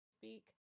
speak